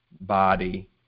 body